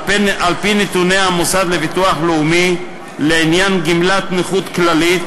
על-פי נתוני המוסד לביטוח לאומי לעניין גמלת נכות כללית,